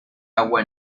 agua